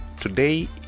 today